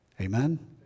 Amen